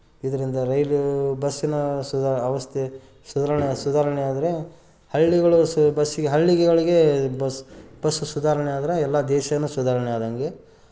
ಇದರಿಂದ ರೈಲು ಬಸ್ಸಿನ ಸುಧಾ ಅವಸ್ಥೆ ಸುಧಾರಣೆ ಸುಧಾರಣೆಯಾದ್ರೆ ಹಳ್ಳಿಗಳು ಸ್ ಬಸ್ಸಿಗೆ ಹಳ್ಳಿಗಳಿಗೆ ಬಸ್ ಬಸ್ಸು ಸುಧಾರಣೆಯಾದರೆ ಎಲ್ಲ ದೇಶವೂ ಸುಧಾರಣೆಯಾದಂತೆ